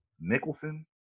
Nicholson